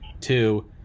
Two